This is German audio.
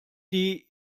die